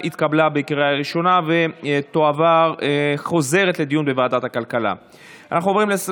2022, לוועדת הכלכלה נתקבלה.